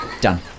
Done